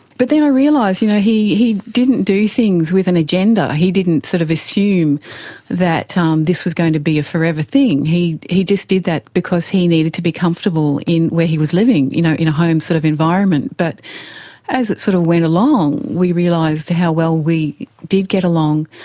but then i realised you know he he didn't do things with an agenda, he didn't sort of assume that um this was going to be a forever thing, he he just did that because he needed to be comfortable where he was living you know in a home sort of environment. but as it sort of went along we realised how well we did get along,